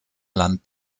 land